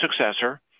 successor